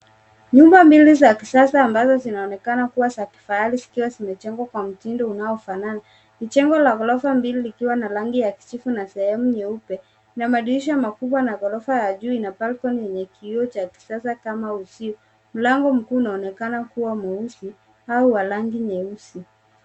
Nyumba mbili za kisasa ambazo zinaonekana kuwa za kifahari zikiwa zimejengwa kwa mtindo inayofanana. Ni jengo la ghorofa mbili likiwa na rangi ya kijivu na sehemu nyeupe. Ina madirisha makubwa na ghorofa la juu likiwa na balkoni yenye kioo cha kisasa kama uzio. Mlango mkuu unaonekana kuwa mweusi au wa rangi nyeusi.